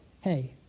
Hey